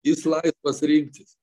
jis laisvas rinktis